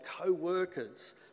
co-workers